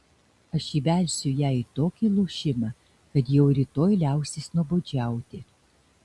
aš įvelsiu ją į tokį lošimą kad jau rytoj liausis nuobodžiauti